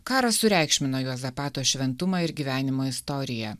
karas sureikšmino juozapato šventumą ir gyvenimo istoriją